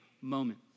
moment